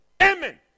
Amen